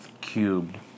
cubed